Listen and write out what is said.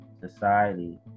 society